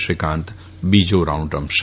શ્રીકાંત બીજા રાઉન્ડ રમશે